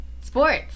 sports